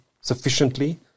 sufficiently